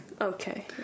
Okay